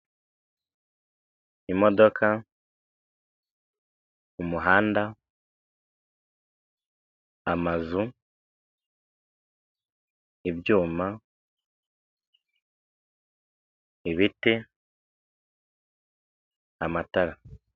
Inoti z'amafaranga ya rimwe y'Amashinwa hariho isura y'umuntu n'amagambo yo mu gishinwa n'imibare isanzwe.